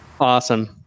Awesome